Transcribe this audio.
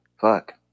Fuck